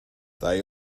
they